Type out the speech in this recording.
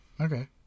okay